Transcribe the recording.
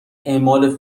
اعمال